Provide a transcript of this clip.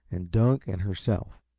and dunk, and herself.